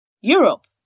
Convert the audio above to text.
Europe